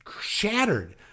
shattered